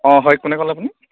অঁ হয় কোনে ক'লে আপুনি